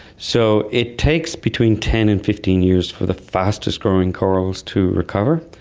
so it takes between ten and fifteen years for the fastest growing corals to recover.